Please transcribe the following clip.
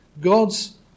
God's